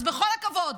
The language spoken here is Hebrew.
אז בכל הכבוד,